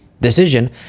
decision